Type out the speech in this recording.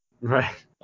Right